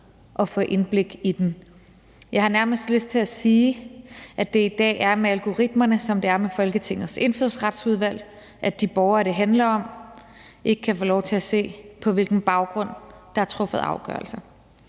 at få indblik i den. Jeg har nærmest lyst til at sige, at det i dag er med algoritmerne, som det er med Folketingets Indfødsretsudvalg, nemlig at de borgere, det handler om, ikke kan få lov til at se, på hvilken baggrund der er truffet afgørelse.